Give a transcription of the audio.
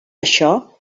això